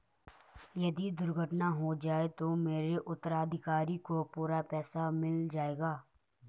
यदि दुर्घटना हो जाये तो मेरे उत्तराधिकारी को पूरा पैसा मिल जाएगा?